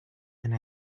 and